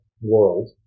world